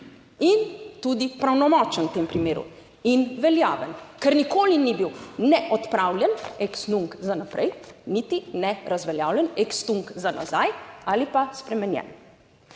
in tudi pravnomočen v tem primeru in veljaven, ker nikoli ni bil neopravljen, ex nunc za naprej, niti ne razveljavljen ex tunc za nazaj, ali pa spremenjen.